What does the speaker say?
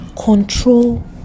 Control